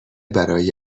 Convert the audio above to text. برای